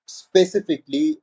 specifically